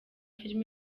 film